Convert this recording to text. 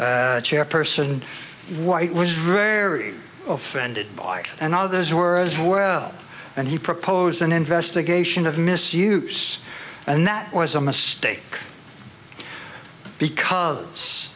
chairperson white which is rare offended by and others were as well and he proposed an investigation of misuse and that was a mistake because